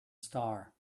star